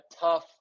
tough